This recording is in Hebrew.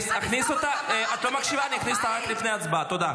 תוציאו אותה, בבקשה, מהאולם.